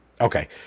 Okay